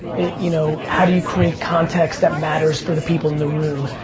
you know how do you create context that matters for the people in the room?